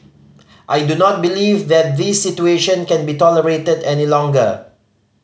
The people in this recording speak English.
I do not believe that this situation can be tolerated any longer